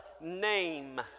name